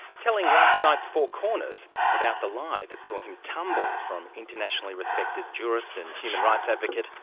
telling last night's four corners about the lie that saw him tumble from internationally respected jurist and human rights advocate,